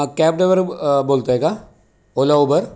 हा cab driver बोलत आहे का ओला उबर